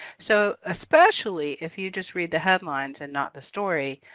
so especially if you just read the headlines and not the story,